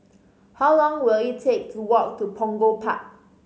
how long will it take to walk to Punggol Park